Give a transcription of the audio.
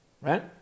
Right